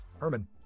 Herman